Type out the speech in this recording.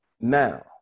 Now